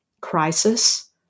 crisis